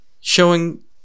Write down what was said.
showing